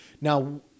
Now